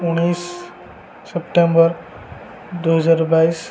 ଉଣେଇଶ ସେପ୍ଟେମ୍ବର ଦୁଇହଜାର ବାଇଶ